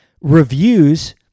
reviews